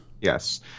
Yes